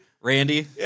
Randy